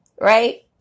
right